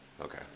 Okay